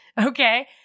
Okay